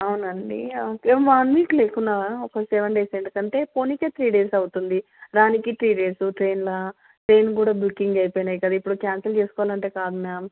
అవునా అండి okay a one week లేకున్నా కానీ ఒక సెవెన్ డేస్ ఎందుకంటే పోనీకే త్రీ డేస్ అవుతుంది రానీకి త్రీ డేస్ ట్రైన్లో ట్రైన్ కూడా బుకింగ్ అయిపోయినాయి కదా ఇప్పుడు క్యాన్సిల్ చేసుకోవాలి అంటే కాదు మ్యామ్